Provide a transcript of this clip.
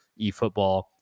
eFootball